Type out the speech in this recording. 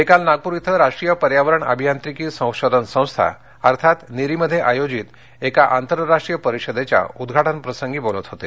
ते काल नागपूर इथं राष्ट्रीय पर्यावरण अभियांत्रिकी संशोधन संस्था अर्थात निरी मध्ये आयोजित एका आंतरराष्ट्रीय परिषदेच्या उद्घाटन प्रसंगी बोलत होते